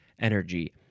energy